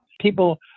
People